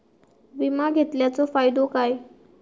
विमा घेतल्याचो फाईदो काय?